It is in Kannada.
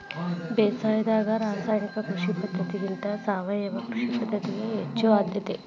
ಬೇಸಾಯದಾಗ ರಾಸಾಯನಿಕ ಕೃಷಿ ಪದ್ಧತಿಗಿಂತ ಸಾವಯವ ಕೃಷಿ ಪದ್ಧತಿಗೆ ಹೆಚ್ಚು ಆದ್ಯತೆ